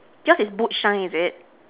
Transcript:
yours is boot shine is it